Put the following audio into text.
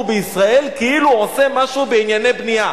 בישראל כאילו הוא עושה משהו בענייני בנייה.